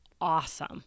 awesome